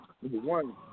One